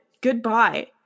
Goodbye